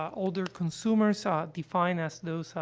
older consumers, ah, defined as those, ah,